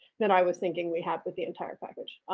and i was thinking we had with the entire package.